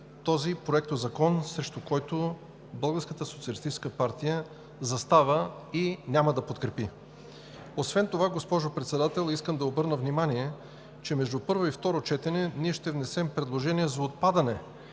този проектозакон, срещу който Българската социалистическа партия застава и няма да го подкрепи. Освен това, госпожо Председател, искам да обърна внимание, че между първо и второ четене ние ще внесем предложения за отпадане